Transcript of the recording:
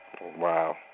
Wow